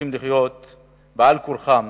ממשיכים לחיות על כורחם